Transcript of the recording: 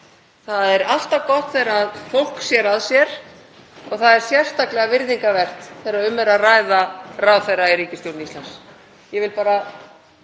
Það er alltaf gott þegar fólk sér að sér og það er sérstaklega virðingarvert þegar um er að ræða ráðherra í ríkisstjórn Íslands. Ég vil bara